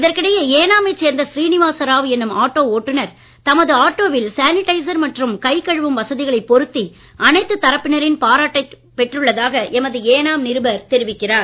இதற்கிடையே ஏனா மைச் சேர்ந்த சீனிவாச ராவ் என்னும் ஆட்டோ ஓட்டுனர் தமது ஆட்டோவில் சானிடைசர் மற்றும் கைகழுவும் வசதிகளைப் பொருத்தி அனைத்துத் தரப்பினரின் பாராட்டைப் பெற்றுள்ளதாக எமது ஏனாம் நிருபர் தெரிவிக்கிறார்